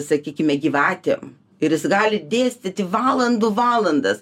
sakykime gyvatėm ir jis gali dėstyti valandų valandas